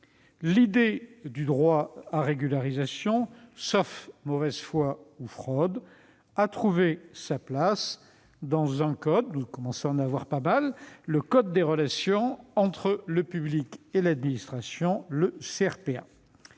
L'idée du droit à régularisation, sauf mauvaise foi ou fraude, a trouvé sa place dans un code- il en existe pas mal -, à savoir le code des relations entre le public et l'administration, le CRPA.